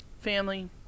family